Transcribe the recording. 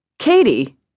Katie